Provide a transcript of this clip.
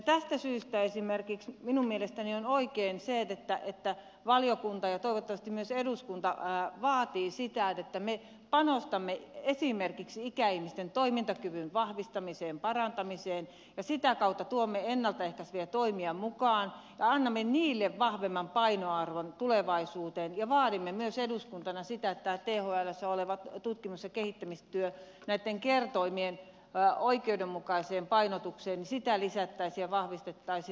tästä syystä minun mielestäni on oikein esimerkiksi se että valiokunta ja toivottavasti myös eduskunta vaatii sitä että me panostamme esimerkiksi ikäihmisten toimintakyvyn vahvistamiseen ja parantamiseen ja sitä kautta tuomme ennalta ehkäiseviä toimia mukaan ja annamme niille vahvemman painoarvon tulevaisuuteen ja vaadimme myös eduskuntana sitä että thlssä olevaa tutkimus ja kehittämistyötä näitten kertoimien oikeudenmukaiseen painotukseen lisät täisiin ja vahvistettaisiin